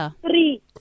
Three